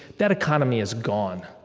that economy is gone.